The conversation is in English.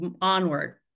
onward